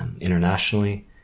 internationally